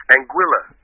Anguilla